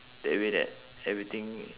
that way that everything